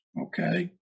okay